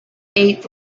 eighth